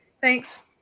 thanks